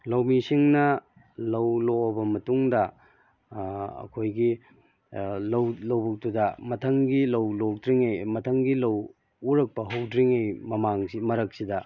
ꯂꯧꯃꯤꯁꯤꯡꯅ ꯂꯧ ꯂꯣꯛꯑꯕ ꯃꯇꯨꯡꯗ ꯑꯩꯈꯣꯏꯒꯤ ꯂꯧ ꯂꯧꯕꯨꯛꯇꯨꯗ ꯃꯊꯪꯒꯤ ꯂꯧ ꯂꯣꯛꯇ꯭ꯔꯤꯉꯩ ꯃꯊꯪꯒꯤ ꯂꯧ ꯎꯔꯛꯄ ꯍꯧꯗ꯭ꯔꯤꯉꯩ ꯃꯃꯥꯡꯁꯤ ꯃꯔꯛꯁꯤꯗ